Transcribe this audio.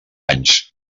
anys